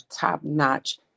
top-notch